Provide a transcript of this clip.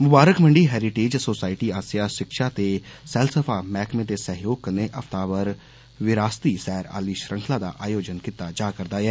मुबारक Mandi heritage society आस्सेया शिक्षा ते सैलसफा मैहकमे दे सैहयोग कन्नै हफ्ताभर विरासती सैर आली श्रंखला दा आयोजन कीता जा रदा ऐ